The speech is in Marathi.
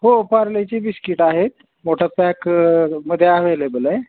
हो पार्लेची बिस्कीट आहे मोठ्या पॅकमध्ये अवेलेबल आहे